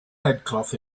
headcloth